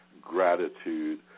gratitude